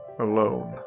alone